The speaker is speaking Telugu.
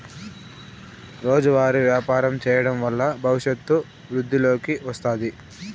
రోజువారీ వ్యాపారం చేయడం వల్ల భవిష్యత్తు వృద్ధిలోకి వస్తాది